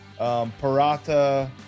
Parata